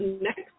next